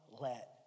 let